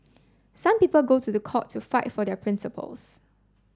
some people go to the court to fight for their principles